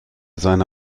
seine